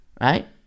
Right